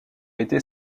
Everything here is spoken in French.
été